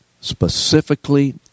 specifically